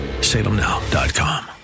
salemnow.com